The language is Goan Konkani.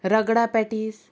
रगडा पॅटीस